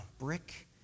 brick